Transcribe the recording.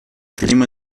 prima